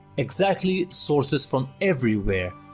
exactly sources from everywhere,